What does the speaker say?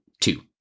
two